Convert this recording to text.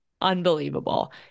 unbelievable